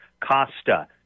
Costa